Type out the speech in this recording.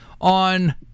on